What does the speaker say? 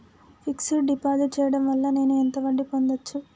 Fix డ్ deposit చేయటం వల్ల నేను ఎంత వడ్డీ పొందచ్చు?